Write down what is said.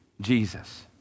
Jesus